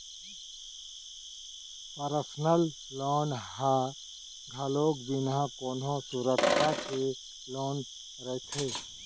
personal loan ह घलोक बिना कोनो सुरक्छा के लोन रहिथे